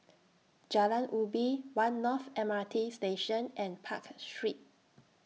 Jalan Ubi one North M R T Station and Park Street